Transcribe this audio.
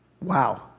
Wow